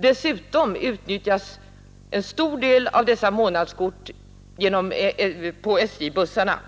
Dessutom utnyttjas en stor del av månadskorten på SJ-bussarna,